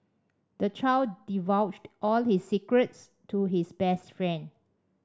the child divulged all his secrets to his best friend